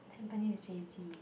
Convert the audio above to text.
Tampines J_C